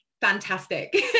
fantastic